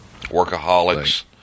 Workaholics